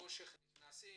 נכנסים